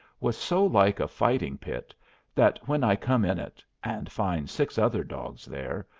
was so like a fighting-pit that when i come in it, and find six other dogs there,